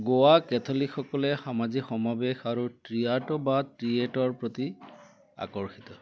গোৱা কেথলিকসকলে সামাজিক সমাৱেশ আৰু টিয়াট্ৰ বা টিয়েট্ৰ'ৰ প্ৰতি আকৰ্ষিত